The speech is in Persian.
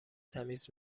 تمیز